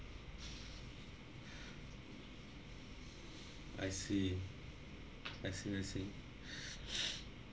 I see I see I see